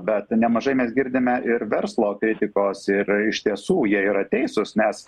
bet nemažai mes girdime ir verslo kritikos ir iš tiesų jie yra teisūs mes